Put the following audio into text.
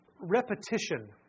Repetition